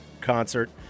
concert